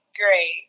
great